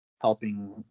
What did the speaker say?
helping